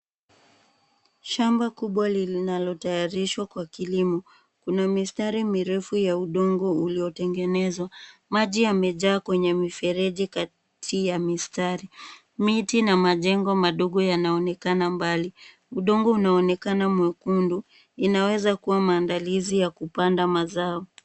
Shamba kubwa linalotayarishwa kwa kilimo. Kuna mistari mirefu ya udongo uliotengenezwa. Maji yamejaa kwenye mifereji kati ya mistari. Miti na majengo madogo yanaonekana mbali. Udongo unaonekana mwekundu. Inaweza kuwa maandalizi ya kupanda mazao.